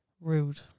rude